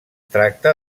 tracta